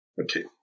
Okay